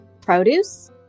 produce